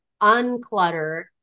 unclutter